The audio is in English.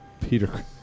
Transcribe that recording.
Peter